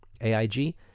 AIG